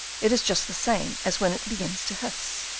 it is just the same as when it begins to hiss.